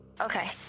Okay